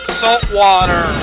saltwater